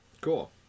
Cool